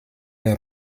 les